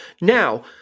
now